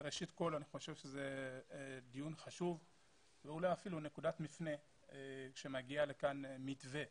אני חושב שזה דיון חשוב ואולי אפילו נקודת מפנה כשמגיע לכאן מתווה